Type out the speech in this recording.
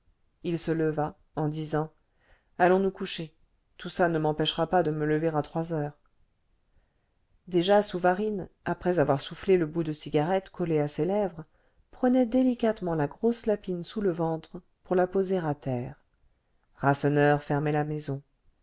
il se leva en disant allons nous coucher tout ça ne m'empêchera pas de me lever à trois heures déjà souvarine après avoir soufflé le bout de cigarette collé à ses lèvres prenait délicatement la grosse lapine sous le ventre pour la poser à terre rasseneur fermait la maison